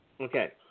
Okay